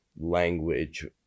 language